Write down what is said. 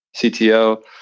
CTO